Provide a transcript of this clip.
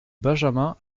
benjamin